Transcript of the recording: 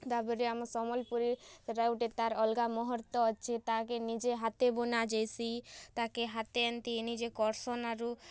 ତାପରେ ଆମର୍ ସମ୍ବଲ୍ପୁରୀ ସେଟା ଗୋଟେ ତାର୍ ଅଲ୍ଗା ମହତ୍ତ୍ୱ ଅଛେ ତାହାକେ ନିଜେ ହାତେ ବୁନା ଯାଏସି ତାକେ ହାତେ ଏନ୍ତି ନିଜେ କର୍ସନ୍ ଆରୁ